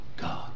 God